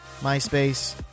MySpace